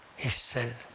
he said,